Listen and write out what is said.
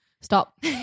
Stop